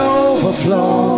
overflow